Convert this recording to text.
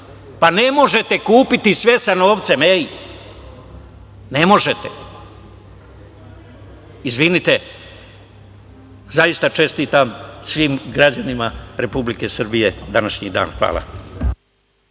pa ne možete kupiti sve sa novcem, ej, ne možete. Izvinite, zaista čestitam svim građanima Republike Srbije današnji dan. Hvala.